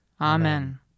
Amen